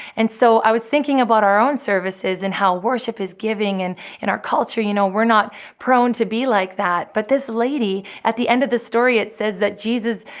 and so i was thinking about our own services and how worship is giving. and in our culture, you know, we're not prone to be like that. but this lady at the end of the story, it says that jesus,